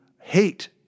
hate